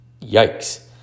Yikes